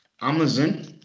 Amazon